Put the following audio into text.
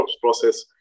process